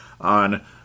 on